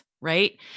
right